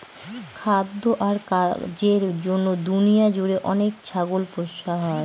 খাদ্য আর কাজের জন্য দুনিয়া জুড়ে অনেক ছাগল পোষা হয়